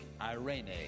irene